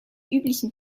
üblichen